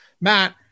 Matt